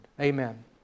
Amen